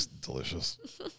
delicious